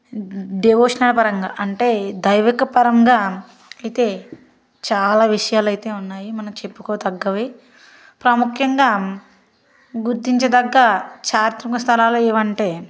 devotional పరంగా అంటే దైవీక పరంగా అయితే చాలా విషయాలైతే ఉన్నాయి మనం చెప్పుకో దగ్గవి ప్రాముఖ్యంగా గుర్తించదగ్గ చారిత్రిక స్థలాలు ఏమంటే